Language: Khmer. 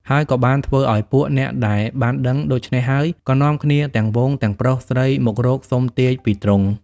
ហើយក៏បានធ្វើអោយពួកអ្នកដែលបានដឹងដូច្នេះហើយ ក៏នាំគ្នាទាំងហ្វូងទាំងប្រុសស្រី មករកសុំទាយពីទ្រង់ ។